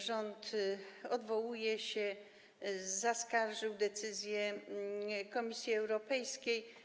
Rząd odwołuje się, zaskarżył decyzję Komisji Europejskiej.